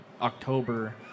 October